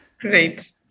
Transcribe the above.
Great